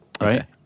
right